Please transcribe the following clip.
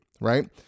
right